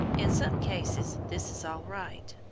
in some cases this is all right,